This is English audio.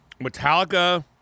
Metallica